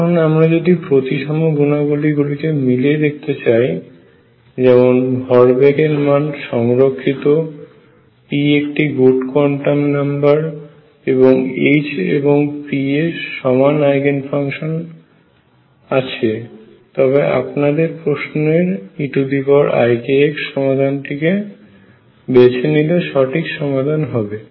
এখন আমরা যদি প্রতিসম গুণাবলী গুলিকে মিলিয়ে দেখতে চাই যেমন ভর বেগের মান সংরক্ষিত p একটি গুড কোয়ান্টাম নাম্বার এবং H এবং p এর সমান আইগেন ফাংশন আছে তবে আপনাদের প্রশ্নের eikx সমাধানটিকে বেছে নিলে সঠিক সমাধান হবে